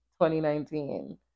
2019